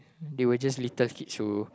they were just little kids who